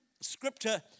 Scripture